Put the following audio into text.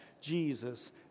Jesus